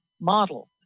model